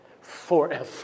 forever